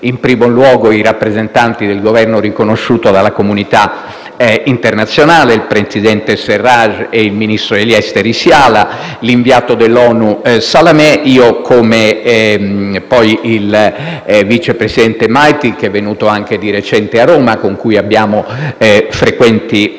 in primo luogo, ai rappresentanti del Governo riconosciuto dalla comunità internazionale, il presidente Sarraj e il ministro degli esteri Siala, e all'inviato dell'ONU Salamé. Penso anche al vice presidente Maitig, che è venuto di recente a Roma e con il quale abbiamo frequenti